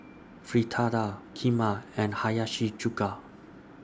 Fritada Kheema and Hiyashi Chuka